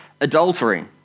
adultery